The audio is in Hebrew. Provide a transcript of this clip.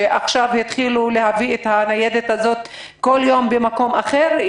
שעכשיו התחילו להביא את הניידת הזאת בכל יום למקום אחר.